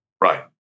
Right